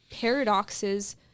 paradoxes